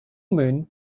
moon